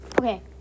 Okay